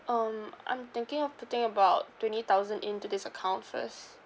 um I'm thinking of putting about twenty thousand into this account first